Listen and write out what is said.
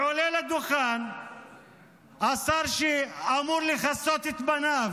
עולה לדוכן השר, שאמור לכסות את פניו